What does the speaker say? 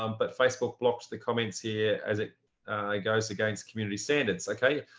um but facebook blocks the comments here as it goes against community standards. okay.